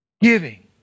giving